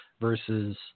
versus